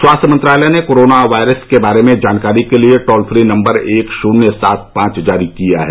स्वास्थ्य मंत्रालय ने कोरोना वायरस के बारे में जानकारी के लिए टोल फ्री नम्बर एक शुन्य सात पांच जारी किया है